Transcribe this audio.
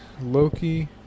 Loki